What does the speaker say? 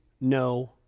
no